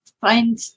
find